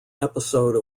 episode